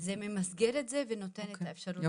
זה ממסגר את זה ונותן את האפשרות.